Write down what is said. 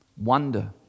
Wonder